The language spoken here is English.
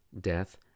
death